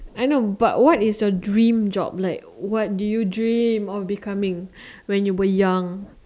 I know but what is your dream job like what did you dream of becoming when you were young